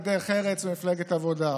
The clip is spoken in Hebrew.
כחול לבן ודרך ארץ ומפלגת העבודה,